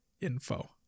info